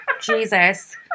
Jesus